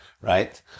right